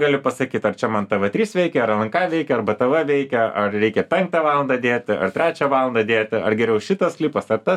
galiu pasakyt ar čia man tv trys veikia ar lnk veikia arba tv veikia ar reikia penktą valandą dėti ar trečią valandą dėti ar geriau šitas klipas ar tas